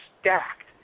stacked